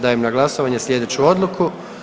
Dajem na glasovanje sljedeću odluku.